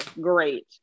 Great